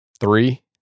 three